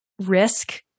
risk